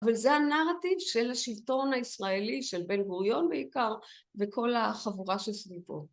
נעים מאוד אני ליה. אני אוהבת